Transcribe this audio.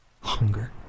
Hunger